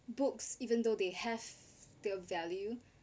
books even though they have their value